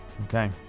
Okay